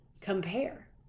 compare